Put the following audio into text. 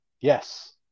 yes